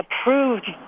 approved